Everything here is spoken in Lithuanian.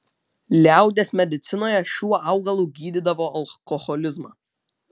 liaudies medicinoje šiuo augalu gydydavo alkoholizmą